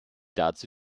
dazu